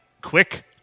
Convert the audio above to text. Quick